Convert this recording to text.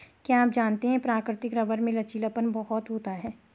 क्या आप जानते है प्राकृतिक रबर में लचीलापन बहुत होता है?